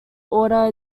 order